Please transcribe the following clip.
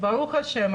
ברוך השם,